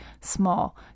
small